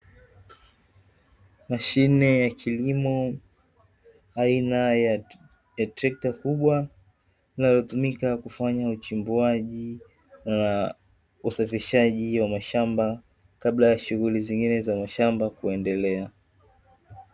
Mashine ya kilimo aina ya trekta kubwa, linalotumika kufanya uchimbaji na usafirishaji wa mashamba, kabla ya shughuli nyingine za mashamba kuendelea.